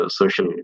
social